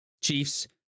Chiefs